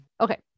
Okay